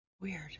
Weird